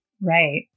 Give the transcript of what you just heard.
Right